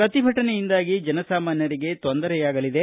ಪ್ರತಿಭಟನೆಯಿಂದಾಗಿ ಜನಸಾಮಾನ್ಯರಿಗೆ ತೊಂದರೆಯಾಗಲಿದೆ